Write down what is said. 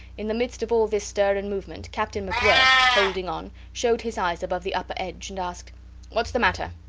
in the midst of all this stir and movement captain macwhirr, holding on, showed his eyes above the upper edge, and asked, whats the matter?